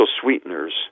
sweeteners